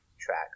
track